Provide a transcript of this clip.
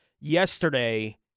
yesterday